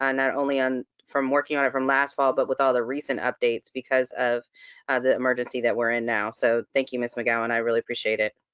not only on, from working on it from last fall, but with all the recent updates, because of the emergency that we're in now. so thank you, miss mcgowan, i really appreciate it.